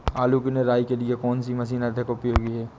आलू की निराई के लिए कौन सी मशीन अधिक उपयोगी है?